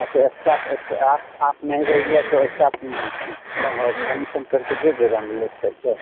अच्छा एस्ट्रा पर आप आप नहीं रहिएगा तो एस्ट्रा कमीशन करके दे देगा ना लेस करके